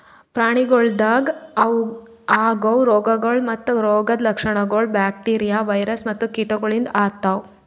ಪ್ರಾಣಿಗೊಳ್ದಾಗ್ ಆಗವು ರೋಗಗೊಳ್ ಮತ್ತ ರೋಗದ್ ಲಕ್ಷಣಗೊಳ್ ಬ್ಯಾಕ್ಟೀರಿಯಾ, ವೈರಸ್ ಮತ್ತ ಕೀಟಗೊಳಿಂದ್ ಆತವ್